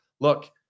Look